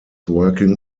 working